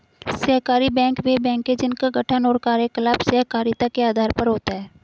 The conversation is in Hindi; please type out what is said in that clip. सहकारी बैंक वे बैंक हैं जिनका गठन और कार्यकलाप सहकारिता के आधार पर होता है